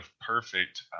perfect